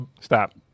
stop